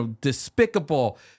despicable